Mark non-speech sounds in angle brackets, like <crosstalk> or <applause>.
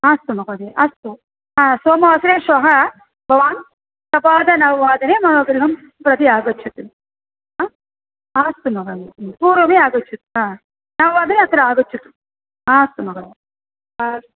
हा अस्तु महोदय अस्तु सोमवासरे श्वः भवान् सपादनववादने मम गृहं प्रति आगच्छतु ह हा अस्तु महोदय <unintelligible> पूर्वमेव आगच्छतु हा नववादने अत्र आगच्छतु हा अस्तु महोदय हा अस्तु